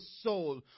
soul